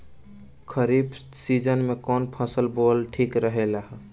खरीफ़ season में कौन फसल बोअल ठिक रहेला ह?